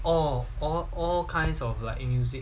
all all all kinds of like a music